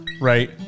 right